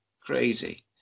crazy